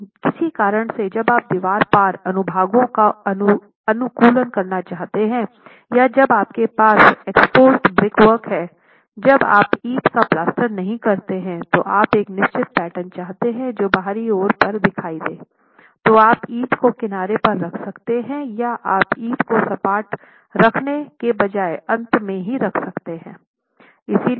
लेकिन किसी कारण से जब आप दीवार पार अनुभागों का अनुकूलन करना चाहते हैं या जब आपके पास एक्सपोज्ड ब्रिक वर्क है जब आप ईंट का प्लास्टर नहीं करते हैं तो आप एक निश्चित पैटर्न चाहते हैं जो बाहरी ओर पर दिखाई दे तो आप ईंट को किनारे पर रख सकते हैं या आप ईंट को सपाट रखने के बजाय अंत में भी रख सकते हैं